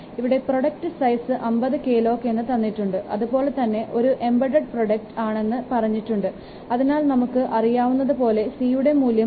ഇവിടെ product size 50 KLOC എന്ന് തന്നിട്ടുണ്ട് അതുപോലെതന്നെ ഒരു എംബഡ് പ്രോജക്ട് ആണെന്ന് പറഞ്ഞിട്ടുണ്ട് അതിനാൽ നമുക്ക് അറിയാവുന്നത് പോലെ 'c' യുടെ മൂല്യം 3